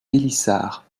pélissard